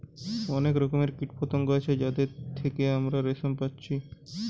অনেক রকমের কীটপতঙ্গ আছে যাদের থিকে আমরা রেশম পাচ্ছি